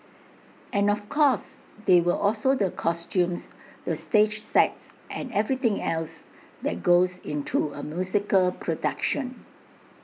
and of course there were also the costumes the stage sets and everything else that goes into A musical production